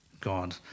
God